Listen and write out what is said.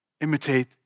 imitate